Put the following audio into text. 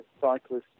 cyclists